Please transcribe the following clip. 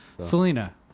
selena